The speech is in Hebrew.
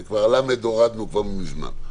את ה-ל' הורדנו כבר מזמן.